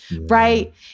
right